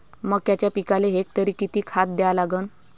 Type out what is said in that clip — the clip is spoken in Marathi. मक्याच्या पिकाले हेक्टरी किती खात द्या लागन?